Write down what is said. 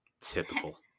typical